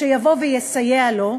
שיבוא ויסייע לו,